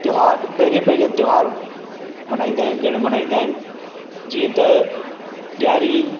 त्योहार पंहिंजे पंहिंजे त्योहार मनाईंदा आहिनि ॾिण मनाईंदा आहिनि जीअं त ॾियारी